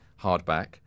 hardback